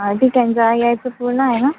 आं ठीक आहे न जा यायचं पूर्ण आहे न